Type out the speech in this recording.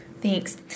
Thanks